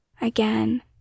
again